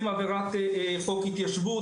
תחילה מאתרים עבירת חוק התיישבות,